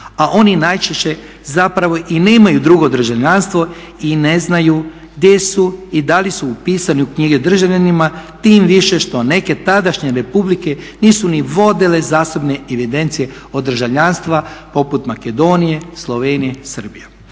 a oni najčešće zapravo i nemaju drugo državljanstvo i ne znaju gdje su i da li su upisani u knjige državljana tim više što neke tadašnje republike nisu ni vodile zasebne evidencije o državljanstvu poput Makedonije, Slovenije, Srbije